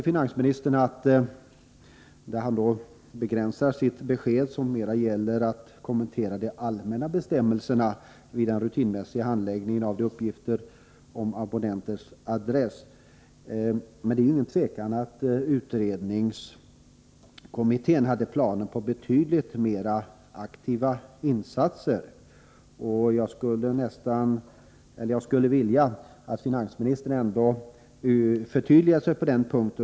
Finansministern begränsar sig nu till att kommentera de allmänna bestämmelserna för den rutinmässiga handläggningen av uppgifter om enskildas adresser. Det är dock inget tvivel om att utredningskommittén hade planer på betydligt mera aktiva insatser. Jag skulle vilja att finansministern förtydligade sitt svar på den punkten.